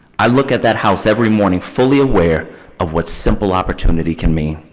i look at that house every morning fully aware of what simple opportunity can mean.